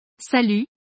Salut